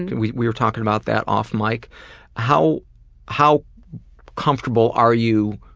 and and we we were talking about that off-mic. like how how comfortable are you.